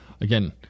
again